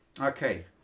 Okay